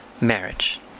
marriage